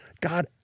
God